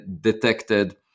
detected